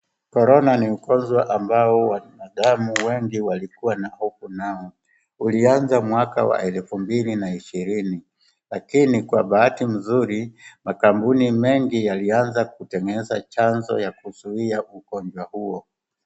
Korona ni ugonjwa ambao binadamu wengi walikuwa na hofu nao. Ulianza mwaka wa elfu mbili na ishirini. Lakini kwa bahati nzuri, makampuni mengi yalianza kutengeneza chanjo ya kuzuia ugonjwa huo.